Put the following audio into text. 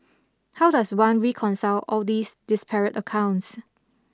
how does one reconcile all these disparate accounts